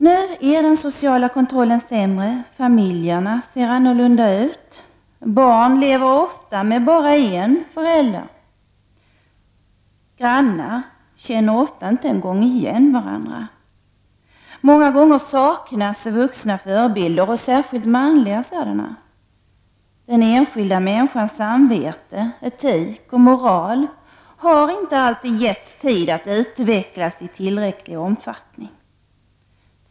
Nu är den sociala kontrollen sämre, familjerna ser annorlunda ut. Barn lever ofta med bara en förälder. Ofta känner inte grannar igen varandra. Många gånger saknas vuxna förebilder, särskilt manliga sådana. Den enskilda människans samvete, etik och moral har inte alltid getts tid att utvecklas i tillräcklig omfattning.